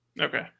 Okay